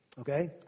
okay